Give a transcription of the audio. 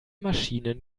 maschinen